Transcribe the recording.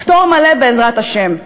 פטור מלא, בעזרת השם,